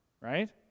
right